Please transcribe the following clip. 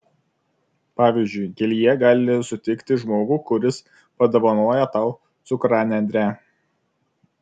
pavyzdžiui kelyje gali sutikti žmogų kuris padovanoja tau cukranendrę